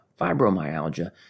fibromyalgia